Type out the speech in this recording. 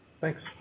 Thanks